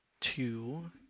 two